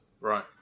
Right